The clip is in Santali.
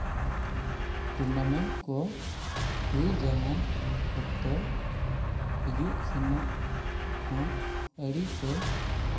ᱴᱩᱨᱱᱟᱢᱮᱱᱴ ᱠᱚ ᱦᱩᱭ ᱡᱟᱦᱟᱱ ᱚᱠᱛᱚ ᱦᱤᱡᱩᱜ ᱥᱮᱱᱚᱜ ᱦᱚᱸ ᱟᱹᱰᱤ ᱛᱮ